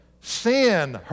Sin